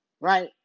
right